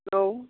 औ